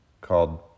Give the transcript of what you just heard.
called